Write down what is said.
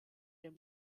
dem